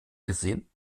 gesehen